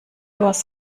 was